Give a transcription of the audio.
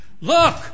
Look